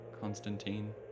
Constantine